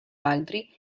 altri